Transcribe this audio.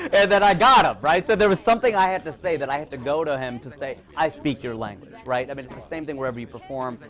and then i got him, right? so there was something i had to say that i had to go to him to say, i speak your language, right? i mean it's the same thing wherever you perform,